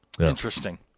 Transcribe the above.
Interesting